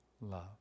love